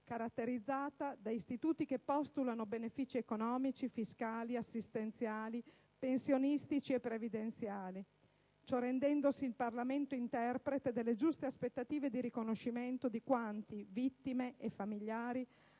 caratterizzata da istituti che postulano (...) benefici economici, fiscali, assistenziali, pensionistici e previdenziali», così rendendosi il Parlamento «interprete delle giuste aspettative di riconoscimento di quanti, vittime e familiari,